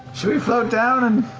float down and